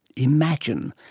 imagine!